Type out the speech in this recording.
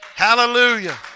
Hallelujah